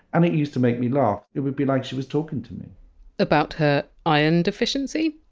and it used to make me laugh. it would be like she was talking to me about her iron deficiency?